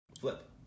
Flip